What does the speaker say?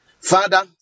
Father